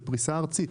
בפריסה ארצית.